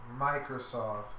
Microsoft